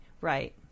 Right